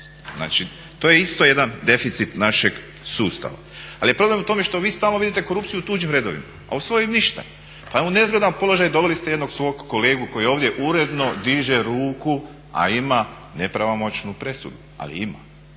Znači to je isto jedan deficit našeg sustava. Ali je problem u tome što vi stalno vidite korupciju u tuđim redovima, a u svojim ništa. Pa u nezgodan položaj doveli ste jednog svog kolegu koji ovdje uredno diže ruku a ima nepravomoćnu presudu, ali ima,